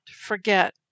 forget